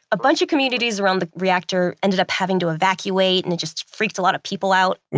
a bunch of communities around the reactor ended up having to evacuate, and it just freaked a lot of people out well,